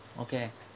okay